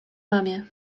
mamie